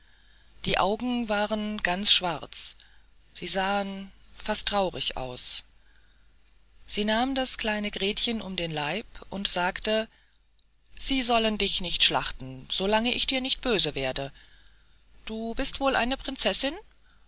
die augen waren ganz schwarz sie sahen fast traurig aus sie nahm das kleine gretchen um den leib und sagte sie sollen dich nicht schlachten so lange ich dir nicht böse werde du bist wohl eine prinzessin